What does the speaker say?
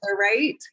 right